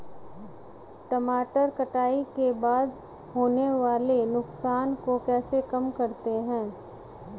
टमाटर कटाई के बाद होने वाले नुकसान को कैसे कम करते हैं?